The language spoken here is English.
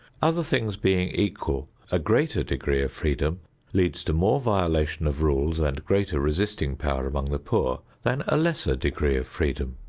other things being equal, a greater degree of freedom leads to more violations of rules and greater resisting power among the poor than a lesser degree of freedom.